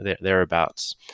thereabouts